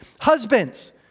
Husbands